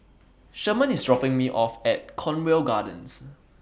Sherman IS dropping Me off At Cornwall Gardens